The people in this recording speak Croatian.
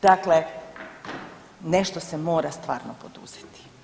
Dakle, nešto se mora stvarno poduzeti.